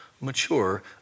mature